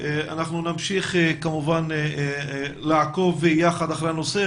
אנחנו נמשיך לעקוב יחד אחר הנושא,